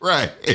Right